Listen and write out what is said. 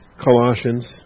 Colossians